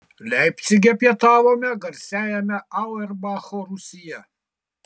leipcige pietavome garsiajame auerbacho rūsyje